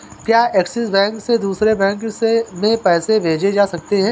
क्या Axis bank से दूसरे बैंक में पैसे भेजे जा सकता हैं?